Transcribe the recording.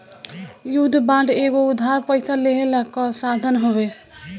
युद्ध बांड एगो उधार पइसा लेहला कअ साधन हवे